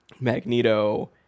Magneto